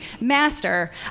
master